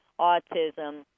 autism